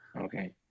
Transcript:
Okay